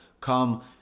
come